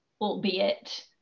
albeit